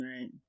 Right